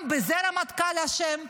גם בזה הרמטכ"ל אשם?